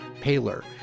paler